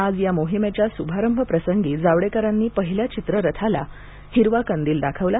आज या मोहिमेच्या शुभारंभप्रसंगी जावडेकरांनी पहिल्या चित्ररथाला हिरवा कंदील दाखवला